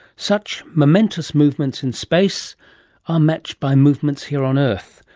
such momentous movements in space are matched by movements here on earth.